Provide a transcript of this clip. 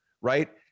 Right